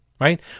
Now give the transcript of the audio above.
Right